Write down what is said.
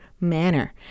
manner